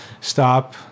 stop